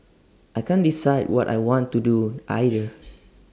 I can't decide what I want to do either